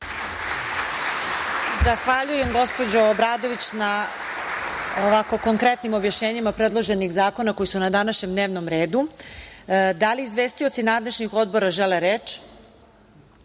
Zahvaljujem, gospođo Obradović na ovako konkretnim objašnjenjima predloženih zakona koji su na današnjem dnevnom redu. Da li izvestioci nadležnih odbora žele reč? Za